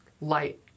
light